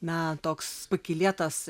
na toks pakylėtas